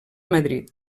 madrid